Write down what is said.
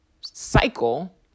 cycle